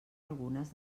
algunes